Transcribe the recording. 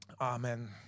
Amen